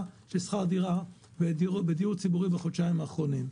של שכר דירה בדיור הציבורי בחודשיים האחרונים.